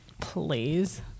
Please